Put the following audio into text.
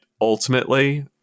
ultimately